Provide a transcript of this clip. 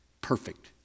Perfect